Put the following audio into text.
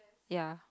ya